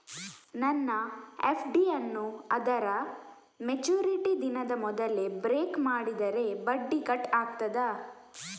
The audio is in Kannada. ನನ್ನ ಎಫ್.ಡಿ ಯನ್ನೂ ಅದರ ಮೆಚುರಿಟಿ ದಿನದ ಮೊದಲೇ ಬ್ರೇಕ್ ಮಾಡಿದರೆ ಬಡ್ಡಿ ಕಟ್ ಆಗ್ತದಾ?